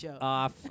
off